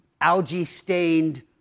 algae-stained